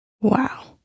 Wow